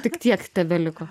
tik tiek tebeliko